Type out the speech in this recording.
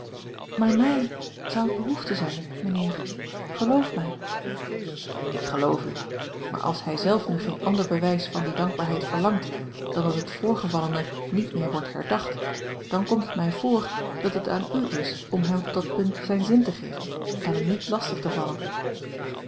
maar mij zou het behoefte zijn mijnheer geloof mij ik geloof u maar als hij zelf nu geen ander bewijs van die dankbaarheid verlangt dan dat het voorgevallene niet meer wordt herdacht dan komt het mij voor dat het aan u is om hem op dat punt zijn zin te geven en hem niet lastig te vallen